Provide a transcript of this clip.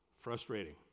frustrating